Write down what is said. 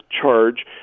charge